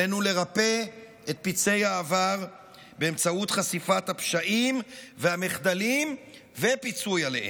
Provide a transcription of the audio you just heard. עלינו לרפא את פצעי העבר באמצעות חשיפת הפשעים והמחדלים ופיצוי עליהם.